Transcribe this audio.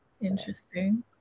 Interesting